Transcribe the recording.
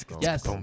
Yes